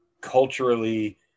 culturally